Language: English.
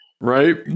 Right